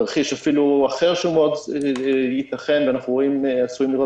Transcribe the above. תרחיש אחר שהוא מאוד ייתכן ואנחנו עשויים לראות